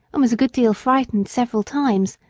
and was a good deal frightened several times,